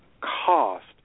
cost